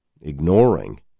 ignoring